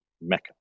Mecca